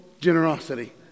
generosity